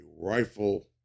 rifle